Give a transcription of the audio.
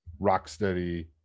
rocksteady